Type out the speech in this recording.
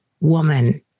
woman